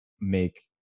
make